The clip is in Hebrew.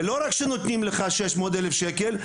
ולא רק שנותנים לך 600 אלף שקל,